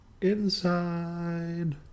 inside